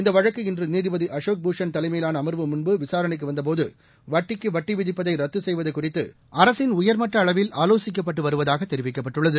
இந்த வழக்கு இன்று நீதிபதி அசோக் பூஷன் தலைமையிலான அமர்வு முன்பு விசாரணைக்கு வந்தபோது வட்டிக்கு வட்டி விதிப்பதை ரத்து செய்வது குறித்து அரசின் உயர்மட்ட அளவில் ஆலோசிக்கப்பட்டு வருவதாக தெரிவிக்கப்பட்டது